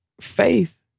Faith